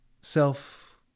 self